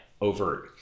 overt